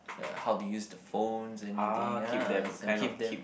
like how to use the phones anything ah so keep them